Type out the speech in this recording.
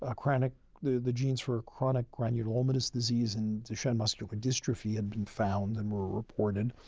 ah chronic the genes for chronic granulomatous disease in duchenne muscular dystrophy had been found and were reported,